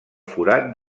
forat